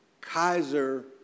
Kaiser